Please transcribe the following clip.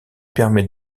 permet